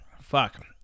fuck